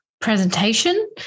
presentation